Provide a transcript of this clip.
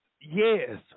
yes